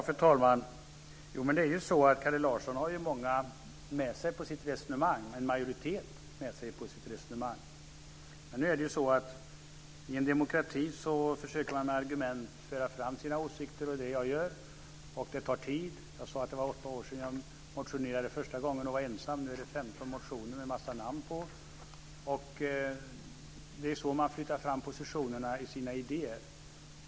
Fru talman! Kalle Larsson har en majoritet med sig på sitt resonemang. Men i en demokrati försöker man med argument föra fram sina åsikter, och det är det som jag gör. Det tar tid. Jag sade att det var åtta år sedan jag motionerade första gången, och jag var då ensam. Nu är det 15 motioner med en massa namn. Det är så man flyttar fram positionerna i fråga om sina idéer.